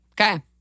Okay